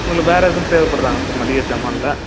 உங்களுக்கு வேறு எதுவும் தேவைப்படுதாங்க சார் மளிக சாமான்ல